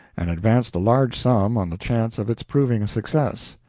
and advanced a large sum on the chance of its proving a success.